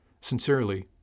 Sincerely